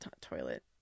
Toilet